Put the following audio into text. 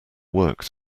work